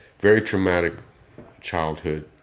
very traumatic childhood.